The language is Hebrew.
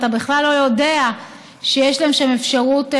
ואתה בכלל לא יודע שיש להן שם אפשרות,